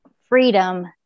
freedom